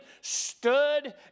stood